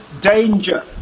danger